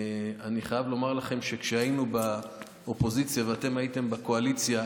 אני חייב לומר לכם שכשהיינו באופוזיציה ואתם הייתם בקואליציה,